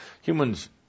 humans